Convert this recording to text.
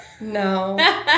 No